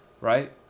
right